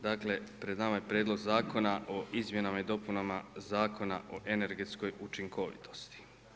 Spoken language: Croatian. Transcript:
Dakle, pred nama je Prijedlog zakona o Izmjenama i dopunama Zakona o energetskoj učinkovitosti.